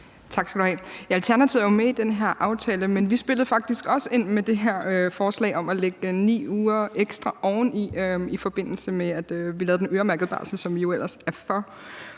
Tak skal du have. Alternativet er jo med i den her aftale, men vi spillede faktisk også ind med det her forslag om at lægge 9 uger ekstra oveni, i forbindelse med at vi lavede den øremærkede barsel, som vi jo ellers er for.